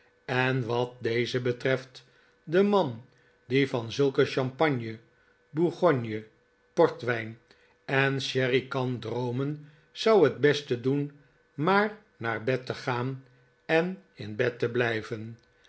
en wat dezen betreft de man die van zulke champagne bourgogne portwijn en sherry kan droomen zou het beste doen maar naar bed te gaan en in bed te blijven